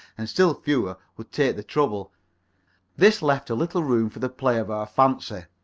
and still fewer would take the trouble this left a little room for the play of our fancy.